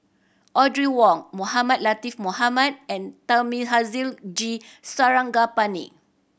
Audrey Wong Mohamed Latiff Mohamed and Thamizhavel G Sarangapani